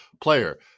player